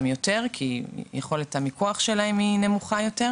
יותר כי יכולת המיקוח שלהם היא נמוכה יותר,